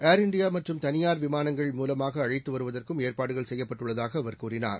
ஏர் இந்தியாமற்றும் தனியார் விமானங்கள் மூலமாகஅழைத்துவருவதற்கும் ஏற்பாடுகள் செய்யப்பட்டுள்ளதாகஅவர் கூறினார்